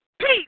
peace